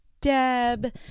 Deb